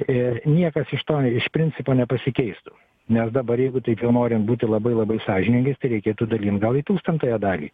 ir niekas iš to iš principo nepasikeistų nes dabar jeigu taip jau norint būti labai labai sąžiningais tai reikėtų dalint gal į tūkstantąją dalį